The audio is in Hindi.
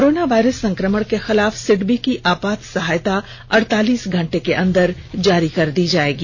कोरोना वायरस संक्रमण के खिलाफ सिडबी की आपात सहायता अड़तालीस घंटे के अंदर जारी कर दी जाएगी